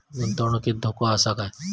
गुंतवणुकीत धोको आसा काय?